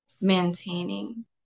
maintaining